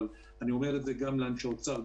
אבל אני אומר את זה גם לאנשי האוצר,